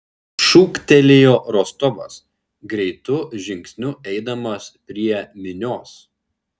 šūktelėjo rostovas greitu žingsniu eidamas prie minios